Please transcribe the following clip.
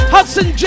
Hudson